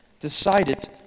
decided